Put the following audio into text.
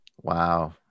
Wow